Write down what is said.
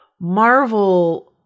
Marvel